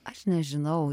aš nežinau